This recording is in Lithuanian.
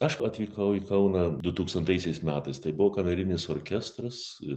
aš atvykau į kauną du tūkstantaisiais metais tai buvo